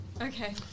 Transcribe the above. Okay